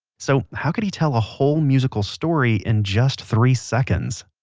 so, how could he tell a whole musical story, in just three seconds?